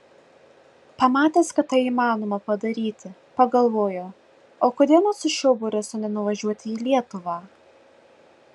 pamatęs kad tai įmanoma padaryti pagalvojau o kodėl man su šiuo borisu nenuvažiuoti į lietuvą